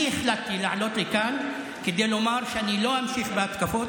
אני החלטתי לעלות לכאן כדי לומר שאני לא אמשיך בהתקפות.